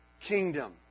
kingdom